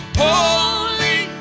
holy